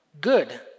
good